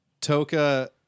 toka